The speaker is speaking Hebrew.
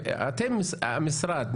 אבל אתם כמשרד,